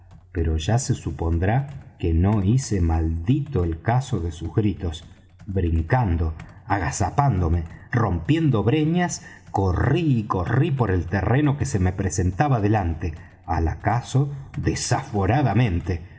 pero ya se supondrá que no hice maldito el caso de sus gritos brincando agazapándome rompiendo breñas corrí y corrí por el terreno que se me presentaba delante al acaso desaforadamente